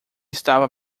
estava